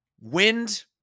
wind